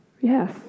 Yes